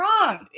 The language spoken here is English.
wrong